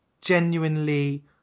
genuinely